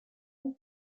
have